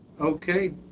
Okay